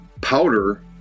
powder